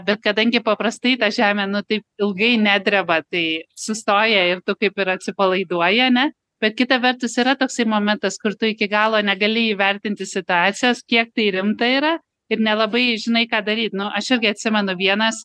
bet kadangi paprastai ta žemė nu taip ilgai nedreba tai sustoja ir tu kaip ir atsipalaiduoji ane bet kita vertus yra toksai momentas kur tu iki galo negali įvertinti situacijos kiek tai rimta yra ir nelabai žinai ką daryt nu aš irgi atsimenu vienas